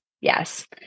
Yes